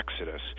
Exodus